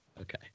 Okay